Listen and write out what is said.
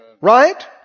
Right